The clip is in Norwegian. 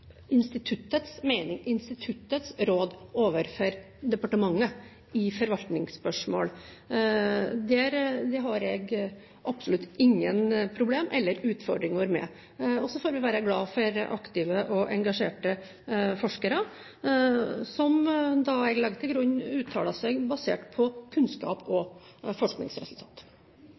instituttets råd overfor departementet i forvaltningsspørsmål. Det har jeg absolutt ingen problemer eller utfordringer med. Så får vi være glad for aktive og engasjerte forskere, som jeg da legger til grunn uttaler seg basert på kunnskap og